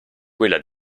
quella